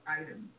items